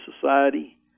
society